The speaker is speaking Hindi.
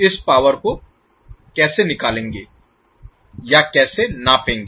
इस पावर को कैसे निकालेंगे या कैसे नापेंगे